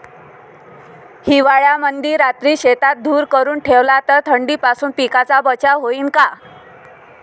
हिवाळ्यामंदी रात्री शेतात धुर करून ठेवला तर थंडीपासून पिकाचा बचाव होईन का?